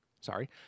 Sorry